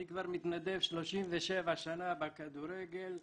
אני כבר מתנדב 37 שנה בכדורגל.